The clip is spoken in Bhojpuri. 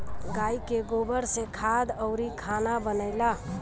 गाइ के गोबर से खाद अउरी खाना बनेला